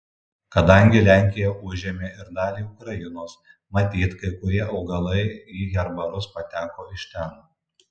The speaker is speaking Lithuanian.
kadangi lenkija užėmė ir dalį ukrainos matyt kai kurie augalai į herbarus pateko iš ten